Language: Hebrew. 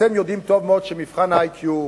אתם יודעים טוב מאוד שמבחן ה-IQ,